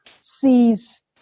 sees